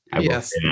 Yes